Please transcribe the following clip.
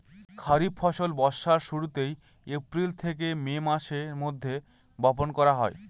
খরিফ ফসল বর্ষার শুরুতে, এপ্রিল থেকে মে মাসের মধ্যে, বপন করা হয়